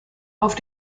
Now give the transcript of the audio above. auf